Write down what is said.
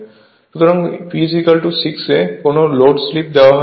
সুতরাং P6 এ কোন লোড স্লিপ দেওয়া হয় না